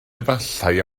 efallai